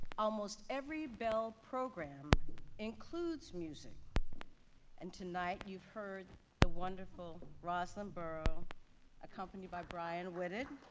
almost every bell program includes music and tonight you've heard the wonderful rosslyn borough accompanied by brian ridden.